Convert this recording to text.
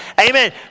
amen